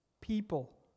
people